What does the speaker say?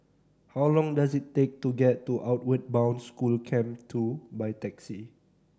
how long does it take to get to Outward Bound School Camp Two by taxi